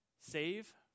save